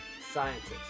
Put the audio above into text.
Scientists